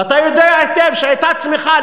ואתה יודע היטב שהייתה צמיחה.